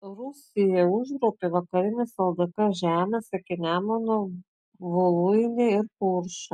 rusija užgrobė vakarines ldk žemes iki nemuno voluinę ir kuršą